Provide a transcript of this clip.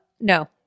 No